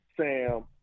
Sam